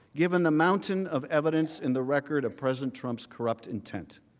given a mountain of evidence in the record of president trump's corrupt intent.